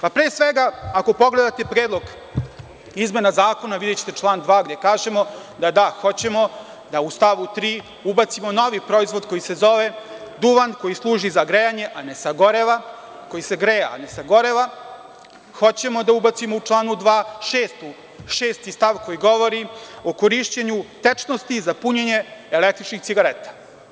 Pa, pre svega ako pogledate Predlog izmena zakona videćete član 2. gde kažemo, da da hoćemo, da u stavu 3. ubacimo novi proizvod koji se zove duvan koji služi za grejanje, a ne sagoreva, koji se greje, a ne sagoreva, hoćemo da ubacimo u članu 2, stav 6. koji govori o korišćenju tečnosti za punjenje električnih cigareta.